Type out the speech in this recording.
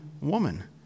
woman